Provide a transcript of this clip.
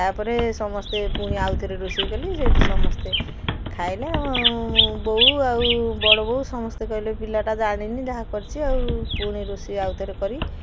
ତା'ପରେ ସମସ୍ତେ ପୁଣି ଆଉ ଥରେ ରୋଷେଇ କଲି ସେଇଠୁ ସମସ୍ତେ ଖାଇଲେ ବୋଉ ଆଉ ବଡ଼ ବୋଉ ସମସ୍ତେ କହିଲେ ପିଲାଟା ଜାଣିନି ଯାହା କରିଛି ଆଉ ପୁଣି ରୋଷେଇ ଆଉଥରେ କରି